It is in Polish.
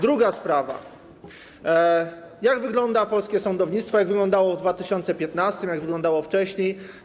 Druga sprawa to to, jak wygląda polskie sądownictwo, jak wyglądało w 2015 r., jak wyglądało wcześniej.